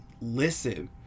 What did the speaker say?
listen